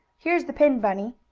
here's the pin, bunny,